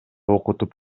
окутуп